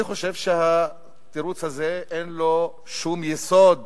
אני חושב שהתירוץ הזה אין לו שום יסוד.